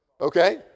Okay